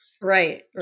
Right